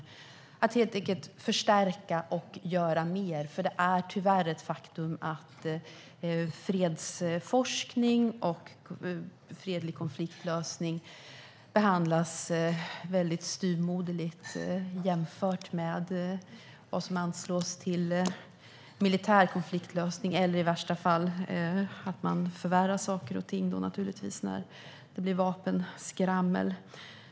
Vi ska helt enkelt förstärka och göra mer, för det är tyvärr ett faktum att fredsforskning och fredlig konfliktlösning behandlas väldigt styvmoderligt jämfört med vad som anslås till militär konfliktlösning. I värsta fall förvärrar man naturligtvis saker och ting när det blir vapenskrammel.